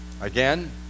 Again